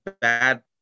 bad